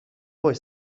باهاش